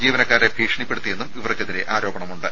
ജീവനക്കാരെ ഭീഷണിപ്പെടുത്തിയെന്നും ഇവർക്കെതിരെ ആരോപണമുണ്ട്